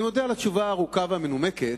אני מודה על התשובה הארוכה והמנומקת,